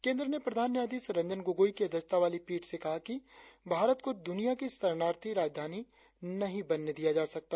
केंद्र ने प्रधान न्यायाधीश रंजन गोगोई की अध्यक्षता वाली पीठ से कहा कि भारत को द्रनिया की शरणार्थी राजधानी नहीं बनने दिया जा सकता